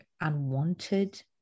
unwanted